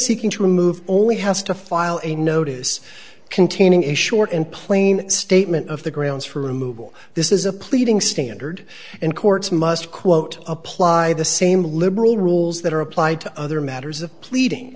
seeking to remove only has to file a notice containing a short and plain statement of the grounds for removal this is a pleading standard and courts must quote apply the same liberal rules that are applied to other matters of pleading